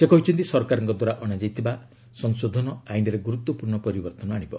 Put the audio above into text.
ସେ କହିଛନ୍ତି ସରକାରଙ୍କ ଦ୍ୱାରା ଅଣାଯାଇଥିବା ସଂଶୋଧନ ଆଇନ୍ରେ ଗୁରୁତ୍ୱପୂର୍ଣ୍ଣ ପରିବର୍ତ୍ତନ ଆଣିବ